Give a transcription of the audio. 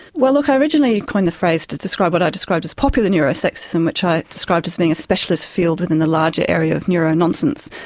well look i originally coined the phrase to describe what i described as popular neuro-sexism which i described as being a specialist field within the larger area of neuro-nonsense.